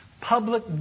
public